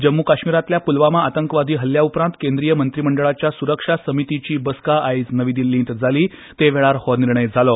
जम्म् काश्मीरातल्या प्लवामा आतंकवादी हल्ल्या उपरांत केंद्रीय मंत्रीमंडळाच्या स्रक्षा समितीची बसका आयज नवी दिल्लीत जाली तेवेळार हो निर्णय जालो